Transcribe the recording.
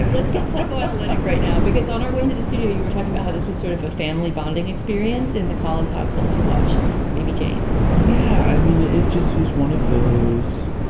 let's get psychoanalytic right now, because on our way to the studio, you were talking about how this was sort of a family bonding experience in the collins household to watch baby jane yeah. i mean, it it just is one of those.